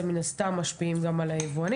שלהם מן הסתם משפיעים בסוף גם על היבואנים,